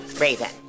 Raven